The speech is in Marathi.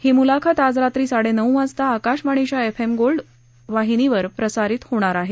ही मुलाखत आज रात्री साडेनऊ वाजता आकाशवाणीच्या एफ एम गोल्ड वाहिनीवर प्रसारित होईल